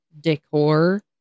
decor